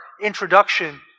introduction